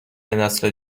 نسل